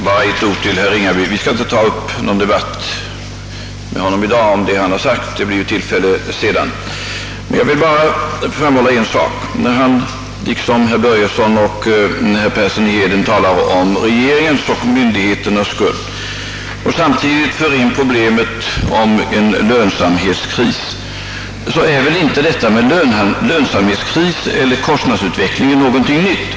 Bara några ord till herr Ringaby! Jag skall inte ta upp en mer allmän de batt med honom i dag om vad han har sagt — det blir ju tillfälle till det senare — utan jag vill bara framhålla en sak. Herr Ringaby liksom herr Börjesson i Falköping och herr Persson i Heden talar om regeringens och myndigheternas ansvar och för samtidigt in i debatten problemet om en lönsamhetskris. Men detta med lönsamhetskris och kostnadsutveckling är ju ingenting nytt.